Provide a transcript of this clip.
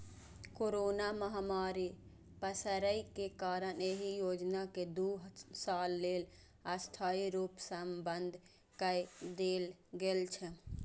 corona महामारी पसरै के कारण एहि योजना कें दू साल लेल अस्थायी रूप सं बंद कए देल गेल छै